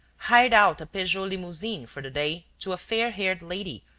hired out a peugeot limousine for the day to a fair-haired lady,